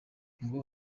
ngo